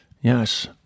Yes